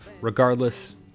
Regardless